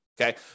Okay